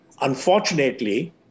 Unfortunately